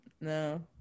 No